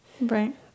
Right